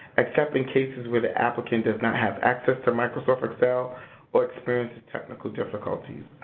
except in cases where the applicant does not have access to microsoft excel or experiences technical difficulties.